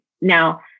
Now